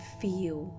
feel